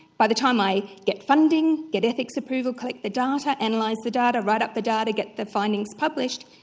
by the time i get funding, get ethics approval, collect the data, analyse and like the data, write up the data, get the findings published,